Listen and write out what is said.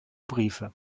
briefe